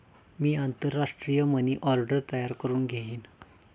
मी आंतरराष्ट्रीय money order तयार करुन घेईन